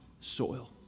soil